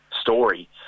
story